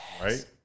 Right